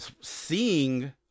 seeing